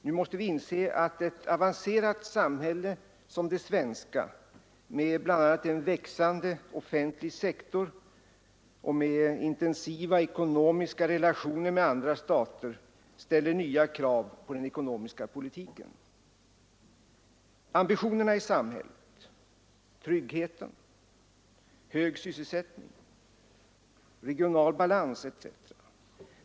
Nu måste vi inse att ett avancerat samhälle som det svenska med bl.a. en växande offentlig sektor och med intensiva ekonomiska relationer med andra stater ställer nya krav på den ekonomiska politiken. Ambitionerna i samhället, tryggheten, hög sysselsättning, regional balans etc.